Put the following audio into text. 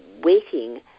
waiting